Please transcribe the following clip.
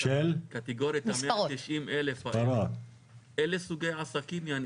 1,000 סוגי עסקים.